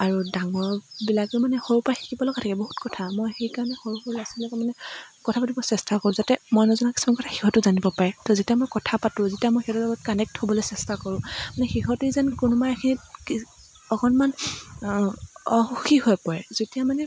আৰু ডাঙৰবিলাকেও মানে সৰুৰ পৰা শিকিব লগা থাকে বহুত কথা মই সেইকাৰণে সৰু সৰু ল'ৰা ছোৱালীবিলাকৰ মানে কথা পাতিব চেষ্টা কৰোঁ যাতে মই নজনা কিছুমান কথা সিহঁতেও জানিব পাৰে তো যেতিয়া মই কথা পাঁতো যেতিয়া মই সিহঁতৰ লগত কানেক্ট হ'বলৈ চেষ্টা কৰোঁ মানে সিহঁতেই যেন কোনোবা এখিনিত কি অকণমান অসুখী হৈ পৰে যেতিয়া মানে